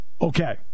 okay